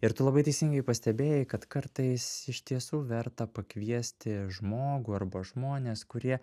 ir tu labai teisingai pastebėjai kad kartais iš tiesų verta pakviesti žmogų arba žmones kurie